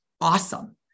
awesome